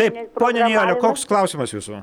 taip ponia nijole koks klausimas jūsų